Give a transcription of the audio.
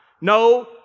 No